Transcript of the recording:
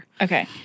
Okay